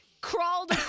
crawled